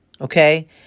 okay